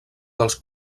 dels